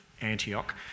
Antioch